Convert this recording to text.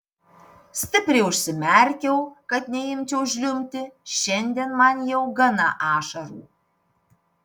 stipriai užsimerkiau kad neimčiau žliumbti šiandien man jau gana ašarų